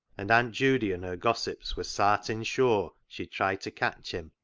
and aunt judy and her gossips were sartin sure she'd try to catch him,